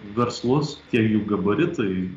verslus tie jų gabaritai